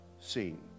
seen